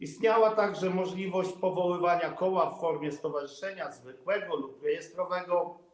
Istniała także możliwość powoływania koła w formie stowarzyszenia zwykłego lub rejestrowego.